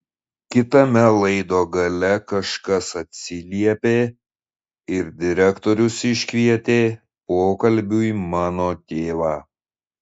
kitame laido gale kažkas atsiliepė ir direktorius iškvietė pokalbiui mano tėvą